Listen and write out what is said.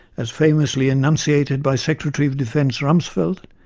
as famously enunciated by secretary of defence rumsfeld,